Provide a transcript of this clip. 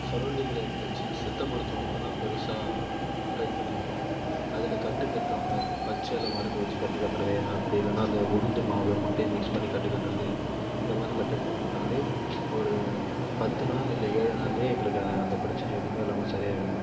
சரௌண்டிங்கில் இருக்கற சிர் சித்த மருத்துவோமை தான் பெரிசா ட்ரை பண்ணியிருக்கோம் அதில் கட்டு கட்டுவாங்க பச்சை எலை மருந்து வெச்சு கட்டு கட்டுறது அப்படி இல்லன்னா அந்த உளுந்து மாவு முட்டையும் மிக்ஸ் பண்ணி கட்டு கட்டுறது இந்த மாதிரி கட்டு போடருதுனாலே ஒரு பத்து நாள் இல்லை ஏழு நாள்லையே எங்களுக்கு அந்த பிரச்சனை எதுவுமே இல்லாமல் சரி ஆகிடும்